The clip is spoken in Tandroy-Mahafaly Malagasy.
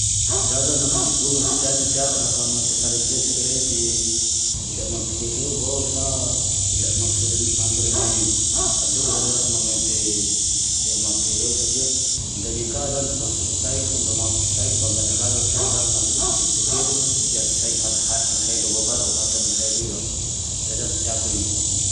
Zaho zane nampijobony ty tea ty teao naho fa manenty sary mihetseke rehe ilay mampihehe eo vao sa ilay mampi-mahaferenay io, fa aleoko zane raho manenty mampihehe eo satria mba io ka zane ty mahasolosaiko mba magnampe ty saiko, mba miadakadany saiko zane mahazo rivodrivotsy kely fa tsy le hiady sainy halahelo avao ka laha mahatrea malahelo io raho, zay zane ty tiako iny eo